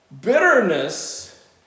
Bitterness